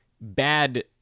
bad